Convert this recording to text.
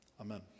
Amen